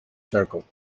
circle